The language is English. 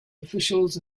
officials